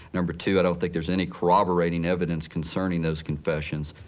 number two, i don't think there's any corroborating evidence concerning those confessions.